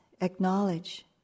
acknowledge